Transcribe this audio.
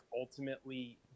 ultimately